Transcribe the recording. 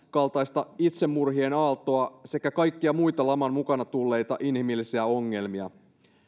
kaltaista itsemurhien aaltoa sekä kaikkia muita laman mukana tulleita inhimillisiä ongelmia